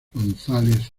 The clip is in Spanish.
gonzález